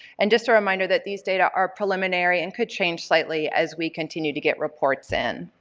and just a reminder that these data are preliminary and could change slightly as we continue to get reports in.